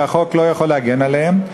שהחוק לא יכול להגן עליהם,